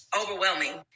overwhelming